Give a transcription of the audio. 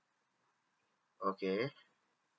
okay